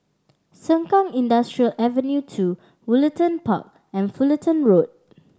Sengkang Industrial Avenue Two Woollerton Park and Fullerton Road